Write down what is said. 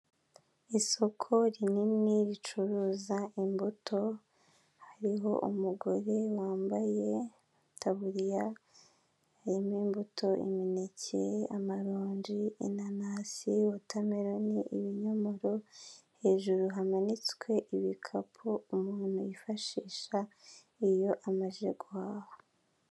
Isoko rinini ricuruza imbuto hariho umugore wambaye itaburiya harimo imbuto, imineke amaronji, inanasi, wotameroni n'ibinyomoro ,hejuru hamanitswe ibikapu umuntu yifashisha iyo amaze guhaha.